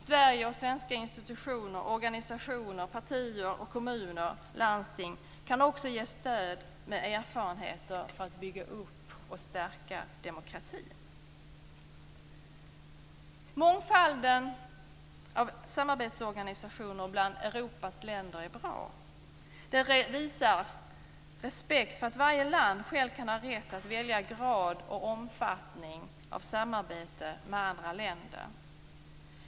Sverige och svenska institutioner, organisationer, partier, kommuner och landsting kan också ge stöd med erfarenheter för att bygga upp och stärka demokratin. Mångfalden av samarbetsorganisationer bland Europas länder är bra. Det visar respekt för att varje land själv skall ha rätt att välja grad och omfattning av samarbete med andra länder.